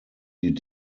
die